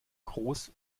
groß